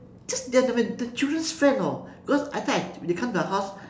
just they're the my they're my children's friend orh because I think I they come to the house